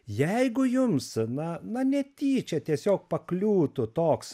jeigu jums na na netyčia tiesiog pakliūtų toks